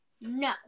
no